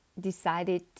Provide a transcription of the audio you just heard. decided